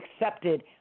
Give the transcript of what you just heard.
accepted